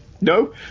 No